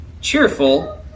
Cheerful